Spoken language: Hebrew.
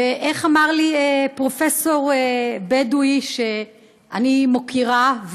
איך אמר לי פרופסור בדואי שאני מוקירה,